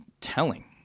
telling